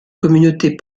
communautés